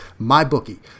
MyBookie